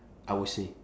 I will say